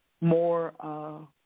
more